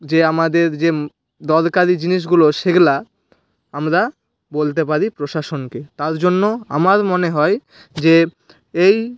যে আমাদের যে দরকারি জিনিসগুলো সেগুলো আমরা বলতে পারি প্রশাসনকে তার জন্য আমার মনে হয় যে এই